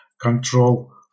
control